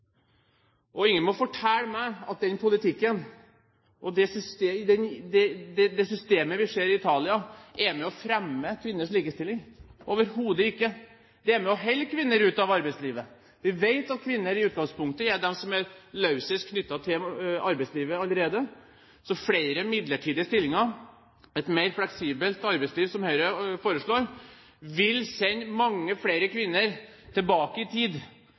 føres. Ingen må fortelle meg at den politikken og det systemet vi ser i Italia, er med på å fremme kvinners likestilling. Overhodet ikke! Den er med på å holde kvinner ute av arbeidslivet. Vi vet at kvinner i utgangspunktet er de som er løsest knyttet til arbeidslivet allerede, så flere midlertidige stillinger, et mer fleksibelt arbeidsliv, som Høyre foreslår, vil sende mange flere kvinner tilbake i tid.